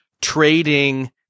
trading